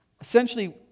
essentially